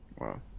Wow